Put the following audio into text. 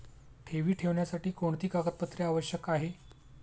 ठेवी ठेवण्यासाठी कोणते कागदपत्रे आवश्यक आहे?